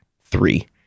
three